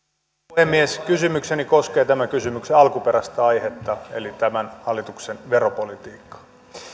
puhemies kysymykseni koskee tämän kysymyksen alkuperäistä aihetta eli tämän hallituksen veropolitiikkaa